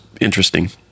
interesting